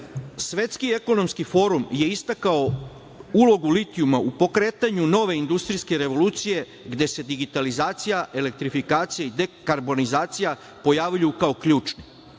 Svetski ekonomski forum je istakao ulogu litijuma u pokretanju nove industrijske revolucije gde se digitalizacija, elektrifikacija i dekarbonizacija pojavljuju kao ključni.